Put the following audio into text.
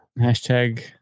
Hashtag